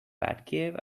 batcave